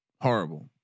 horrible